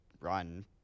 run